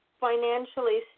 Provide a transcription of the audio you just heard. financially